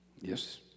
Yes